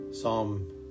Psalm